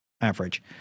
average